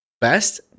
Best